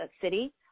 city